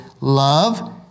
Love